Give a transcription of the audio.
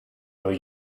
new